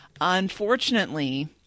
Unfortunately